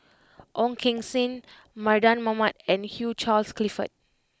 Ong Keng Sen Mardan Mamat and Hugh Charles Clifford